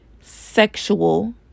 sexual